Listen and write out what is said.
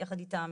יחד איתם,